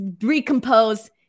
recompose